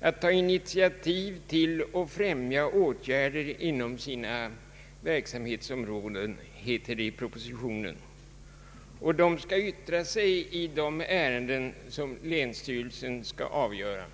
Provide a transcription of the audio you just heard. att ta initiativ till och främja åtgärder inom sina verksamhetsområden, heter det i propositio nen. De skall också yttra sig i de ärenden som länsstyrelsen skall avgöra.